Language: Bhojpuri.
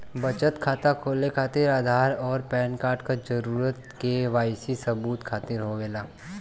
बचत खाता खोले खातिर आधार और पैनकार्ड क जरूरत के वाइ सी सबूत खातिर होवेला